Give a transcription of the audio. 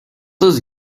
his